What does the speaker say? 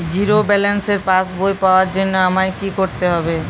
Zero ব্যালেন্সের পাসবই পাওয়ার জন্য আমায় কী করতে হবে?